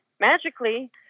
magically